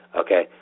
okay